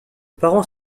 parents